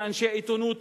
עיתונאים,